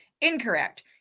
Incorrect